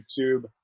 YouTube